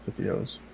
videos